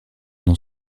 dans